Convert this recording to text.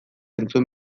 entzun